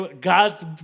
God's